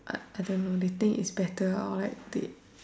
I I don't know they think is better or they